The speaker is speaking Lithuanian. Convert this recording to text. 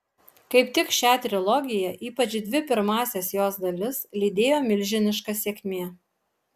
kaip tik šią trilogiją ypač dvi pirmąsias jos dalis lydėjo milžiniška sėkmė